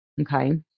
Okay